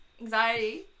anxiety